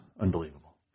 Unbelievable